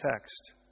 text